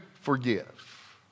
forgive